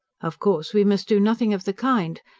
of course we must do nothing of the kind.